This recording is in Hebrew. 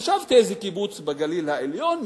חשבתי איזה קיבוץ בגליל העליון,